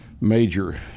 major